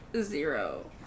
zero